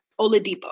Oladipo